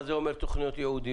מה זה אומר תכניות ייעודיות?